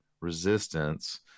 resistance